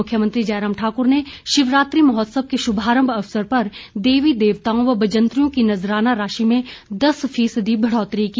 मुंख्यमंत्री जयराम ठाकुर ने शिवरात्रि महोत्सव के शुभारंभ अवसर पर देवी देवताओं व बजंतरियों की नज़रारा राशि में दस फीसदी बढ़ोतरी की